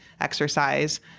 exercise